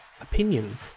opinion